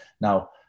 now